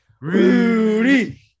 Rudy